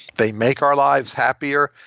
they make our lives happier.